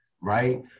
right